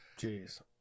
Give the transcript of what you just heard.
jeez